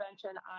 prevention